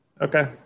Okay